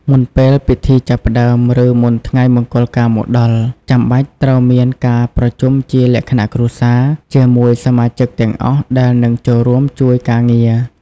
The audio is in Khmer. មុនពេលពិធីចាប់ផ្ដើម ឬមុនថ្ងៃមង្គលការមកដល់ ចាំបាច់ត្រូវមាន ការប្រជុំជាលក្ខណៈគ្រួសារ ជាមួយសមាជិកទាំងអស់ដែលនឹងចូលរួមជួយការងារ។